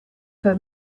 for